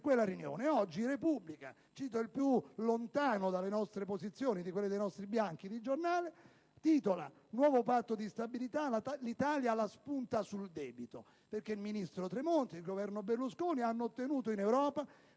quella riunione. Oggi «la Repubblica» - cito il giornale più lontano dalle nostre posizioni, di quelle dei nostri banchi - titola: «Nuovo Patto di stabilità: l'Italia la spunta sul debito», perché il ministro Tremonti, il Governo Berlusconi hanno ottenuto in Europa